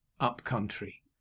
up-country